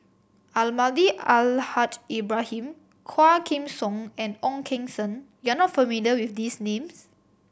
Almahdi Al Haj Ibrahim Quah Kim Song and Ong Keng Sen you are not familiar with these names